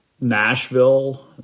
Nashville